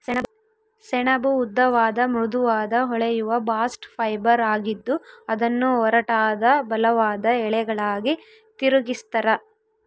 ಸೆಣಬು ಉದ್ದವಾದ ಮೃದುವಾದ ಹೊಳೆಯುವ ಬಾಸ್ಟ್ ಫೈಬರ್ ಆಗಿದ್ದು ಅದನ್ನು ಒರಟಾದ ಬಲವಾದ ಎಳೆಗಳಾಗಿ ತಿರುಗಿಸ್ತರ